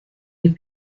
est